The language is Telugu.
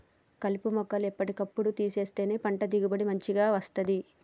కలుపు మొక్కలు ఎప్పటి కప్పుడు తీసేస్తేనే పంట దిగుబడి మంచిగ వస్తది